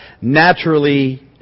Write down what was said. Naturally